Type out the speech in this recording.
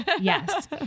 yes